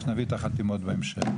אנחנו נביא את החתימות בהמשך.